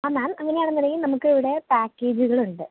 ആ മാം അങ്ങനെയാണെന്നുണ്ടെങ്കിൽ നമുക്ക് ഇവിടെ പാക്കേജുകൾ ഉണ്ട്